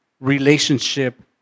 relationship